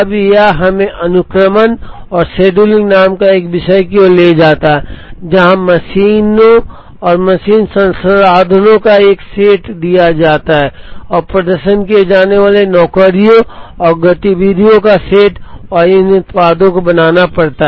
अब यह हमें अनुक्रमण और शेड्यूलिंग नामक एक विषय की ओर ले जाता है जहां मशीनों और मशीन संसाधनों का एक सेट दिया जाता है और प्रदर्शन किए जाने वाले नौकरियों और गतिविधियों का सेट और इन उत्पादों को बनाना पड़ता है